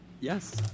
yes